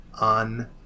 on